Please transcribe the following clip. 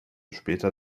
später